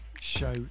show